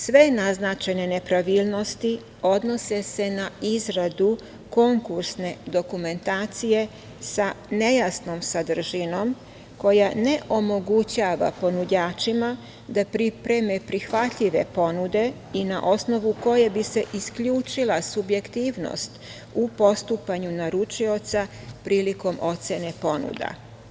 Sve naznačene nepravilnosti odnose se na izradu konkursne dokumentacije sa nejasnom sadržinom koja ne omogućava ponuđačima da pripreme prihvatljive ponude i na osnovu koje bi se isključila subjektivnost u postupanju naručioca prilikom ocene ponuda.